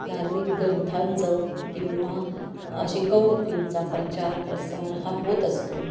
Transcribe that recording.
धार्मिक ग्रंथांचं किंवा शिकवणुकींचा प्रचार प्रसार हा होत असतो